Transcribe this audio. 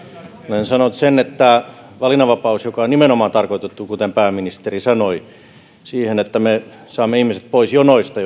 olen sanonut sen että valinnanvapaus on nimenomaan tarkoitettu kuten pääministeri sanoi siihen että me saamme ihmiset pois jonoista